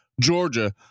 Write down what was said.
Georgia